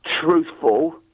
truthful